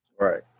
Right